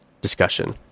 discussion